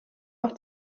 auch